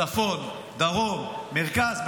צפון, דרום, מרכז.